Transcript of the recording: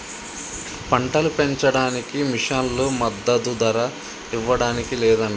పంటలు పెంచడానికి మిషన్లు మద్దదు ధర ఇవ్వడానికి లేదంట